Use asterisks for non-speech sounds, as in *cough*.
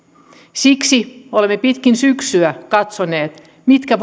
siksi olemme pitkin syksyä katsoneet mitkä *unintelligible*